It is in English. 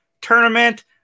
tournament